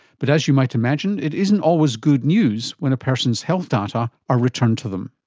but as you might imagine, it isn't always good news when a person's health data are returned to them.